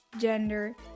gender